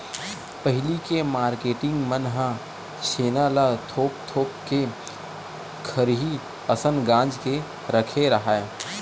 पहिली के मारकेटिंग मन ह छेना ल थोप थोप के खरही असन गांज के रखे राहय